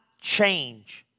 change